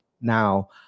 now